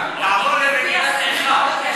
ניסן, תעבור למגילת איכה.